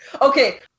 Okay